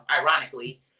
ironically